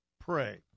pray